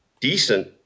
decent